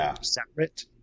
separate